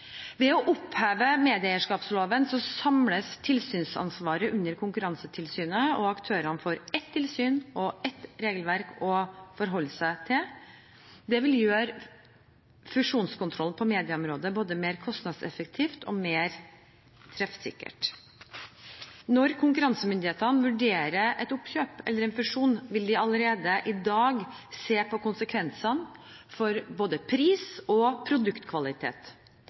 Ved å oppheve medieeierskapsloven samles tilsynsansvaret under Konkurransetilsynet, og aktørene får ett tilsyn og ett regelverk å forholde seg til. Det vil gjøre fusjonskontrollen på medieområdet både mer kostnadseffektiv og mer treffsikker. Når konkurransemyndighetene vurderer et oppkjøp eller en fusjon, vil de allerede i dag se på konsekvensene for både pris og produktkvalitet.